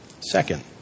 Second